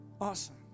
Awesome